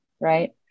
right